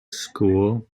school